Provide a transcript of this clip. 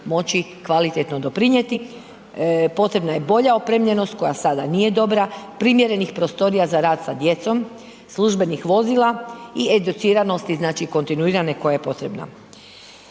moći kvalitetno doprinijeti, potrebna je bolja opremljenost koja sada nije dobra, primjerenih prostorija za rad sa djecom, službenih vozila i educiranosti, znači kontinuirane koja je potrebna.